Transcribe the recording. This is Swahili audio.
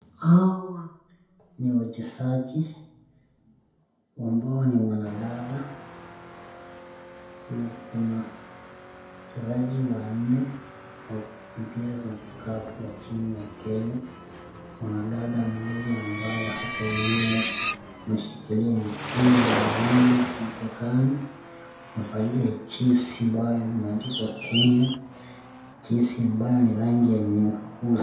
Hawa ni wachezaji ambao ni wanadada, kuna wachezaji wanne wa mpira za vikapu za timu ya Kenya, mwanadada mmoja ambaye ako nyuma ameshikilia mipira miwili mabegani, amevalia jezi ambayo imeandikwa Kenya, jezi ambayo ni rangi ya nyeusi.